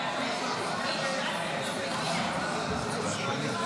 לכן בסיכום של דיון חשוב